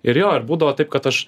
ir jo ir būdavo taip kad aš